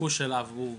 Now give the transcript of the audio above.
שהביקוש אליו הוא 70,